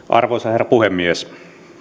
arvoisa herra puhemies